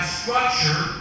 structure